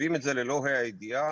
כותבים את זה ללא ה' הידיעה,